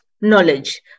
knowledge